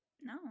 No